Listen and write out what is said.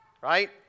Right